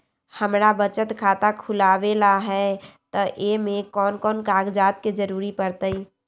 हमरा बचत खाता खुलावेला है त ए में कौन कौन कागजात के जरूरी परतई?